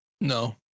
No